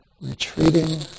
retreating